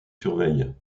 surveille